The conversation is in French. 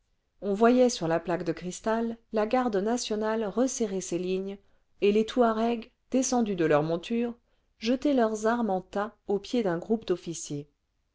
on voyait sur la le journal téléphonoscopique le vingtième siècle plaque de cristal la garde nationale resserrer ses lignes et les touaregs descendus de leurs montures jeter leurs armes en tas au pied d'un groupe d'officiers